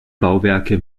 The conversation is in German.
bauwerke